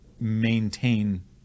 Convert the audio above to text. maintain